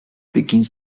begins